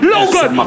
Logan